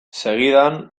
segidan